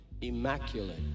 immaculate